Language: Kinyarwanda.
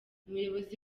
umuyobozi